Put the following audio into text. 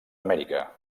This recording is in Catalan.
amèrica